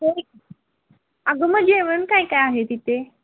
ते आगं मग जेवण काय काय आहे तिथे